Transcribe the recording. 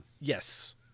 Yes